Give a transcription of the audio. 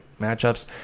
matchups